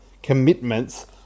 commitments